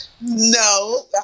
No